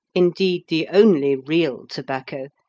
indeed the only real tobacco,